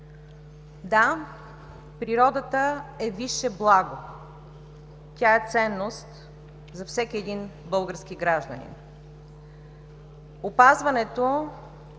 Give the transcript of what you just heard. Да, природата е висше благо. Тя е ценност за всеки един български гражданин. Опазването